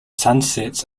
sunsets